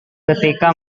ketika